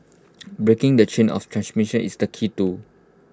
breaking the chain of transmission is the key to